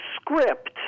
script